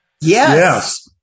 Yes